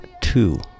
two